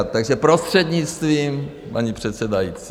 Takže prostřednictvím paní předsedající.